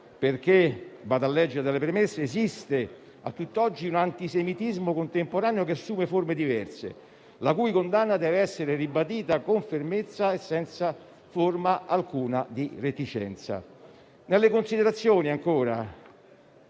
di voto. Leggo dalle premesse: «esiste a tutt'oggi un antisemitismo contemporaneo, che assume forme diverse, la cui condanna deve essere ribadita con fermezza e senza forma alcuna di reticenza». Nelle considerazioni della